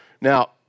Now